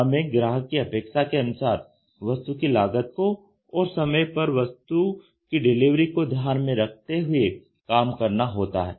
हमें ग्राहक की अपेक्षा के अनुसार वस्तु की लागत को और समय पर वस्तु की डिलीवरी को ध्यान में रखते हुए काम करना होता है